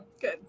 Good